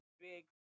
big